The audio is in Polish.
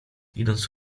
idąc